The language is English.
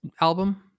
album